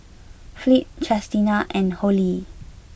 Fleet Chestina and Hollie